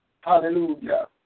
Hallelujah